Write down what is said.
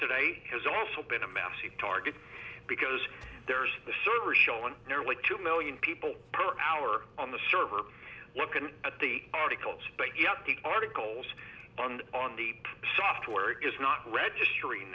has also been a massive target because there's the server showing nearly two million people per hour on the server lookin at the articles but yet the articles on the software is not registering